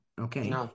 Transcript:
Okay